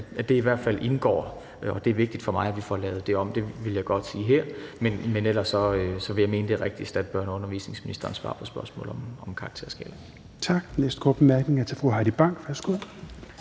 og det må i hvert fald indgå, og det er vigtigt for mig, at vi får lavet det om, og det vil jeg godt sige her. Men ellers vil jeg mene, at det er rigtigst, at børne- og undervisningsministeren svarer på spørgsmål om karakterskalaen. Kl. 21:50 Fjerde næstformand (Rasmus